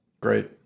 Great